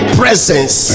presence